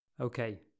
Okay